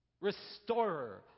restorer